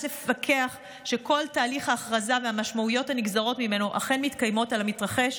לפקח שכל תהליך ההכרזה והמשמעויות הנגזרות ממנו אכן מתקיימים על המתרחש,